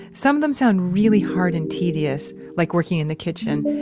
some of them sound really hard and tedious, like working in the kitchen.